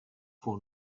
for